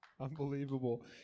Unbelievable